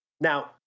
Now